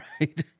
right